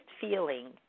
feeling